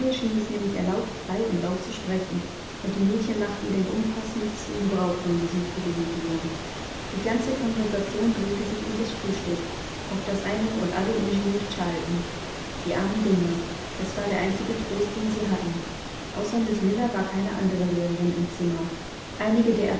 es nämlich erlaubt frei und laut zu sprechen und die mädchen machten den umfassendsten gebrauch von diesem privilegium die ganze konversation drehte sich um das frühstück auf das eine und alle ungeniert schalten die armen dinger es war der einzige trost den sie hatten außer miß miller war keine andere lehrerin im zimmer einige der